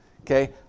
Okay